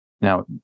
Now